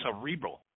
cerebral